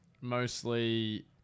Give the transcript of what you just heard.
mostly